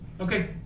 Okay